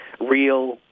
real